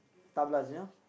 tablas you know